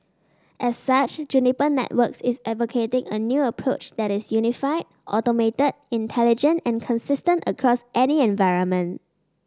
as such Juniper Networks is advocating a new approach that is unified automated intelligent and consistent across any environment